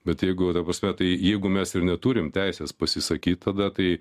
bet jeigu ta prasme tai jeigu mes ir neturim teisės pasisakyt tada tai